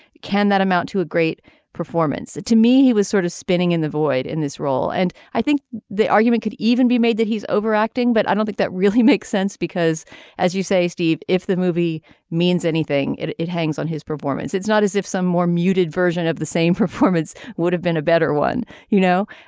can that amount to a great performance to me he was sort of spinning in the void in this role and i think the argument could even be made that he's overacting but i don't think that really makes sense because as you say steve if the movie means anything it it hangs on his performance it's not as if some more muted version of the same performance would have been a better one you know.